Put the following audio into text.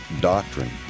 doctrine